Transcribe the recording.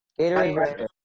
Gatorade